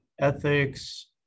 ethics